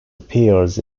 appears